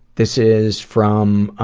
this is from